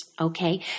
Okay